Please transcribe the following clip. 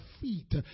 feet